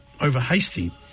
overhasty